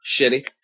Shitty